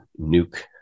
nuke